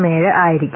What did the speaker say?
07 ആയിരിക്കും